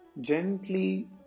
gently